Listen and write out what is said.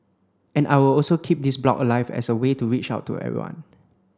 and I will also keep this blog alive as a way to reach out to everyone